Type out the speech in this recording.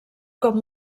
com